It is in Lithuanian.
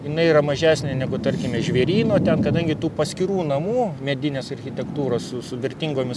jinai yra mažesnė negu tarkime žvėryno ten kadangi tų paskirų namų medinės architektūros su su vertingomis